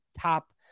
top